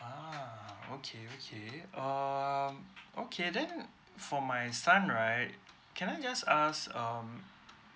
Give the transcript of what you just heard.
ah okay okay um okay then for my son right can I just ask um